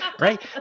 right